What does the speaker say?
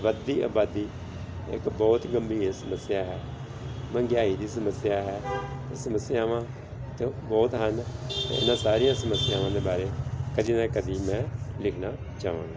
ਵੱਧਦੀ ਆਬਾਦੀ ਇੱਕ ਬਹੁਤ ਗੰਭੀਰ ਸਮੱਸਿਆ ਹੈ ਮਹਿੰਗਾਈ ਦੀ ਸਮੱਸਿਆ ਹੈ ਸਮੱਸਿਆਵਾਂ ਤਾਂ ਬਹੁਤ ਹਨ ਇਹਨਾਂ ਸਾਰੀਆਂ ਸਮੱਸਿਆਵਾਂ ਦੇ ਬਾਰੇ ਕਦੀ ਨਾ ਕਦੀ ਮੈਂ ਲਿਖਣਾ ਚਾਹਵਾਂਗਾ